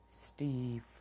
Steve